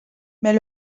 mais